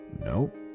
Nope